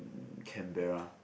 Canberra